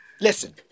listen